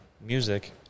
music